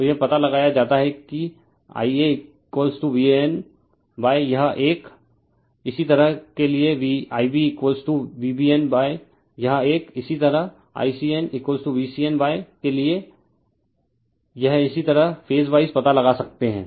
तो यह पता लगाया जाता है IaVAN यह एक इसी तरह के लिए IbVBN यह एक इसी तरह Ic n VCN के लिए यह इसी तरह फेज वाइज पता लगा सकता है